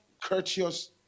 courteous